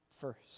first